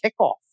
kickoff